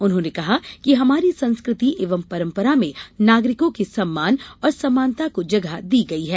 उन्होंने कहा कि हमारी संस्कृति एवं परम्परा में नागरिकों के सम्मान और समानता को जगह दी गयी है